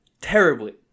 terribly